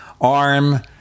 arm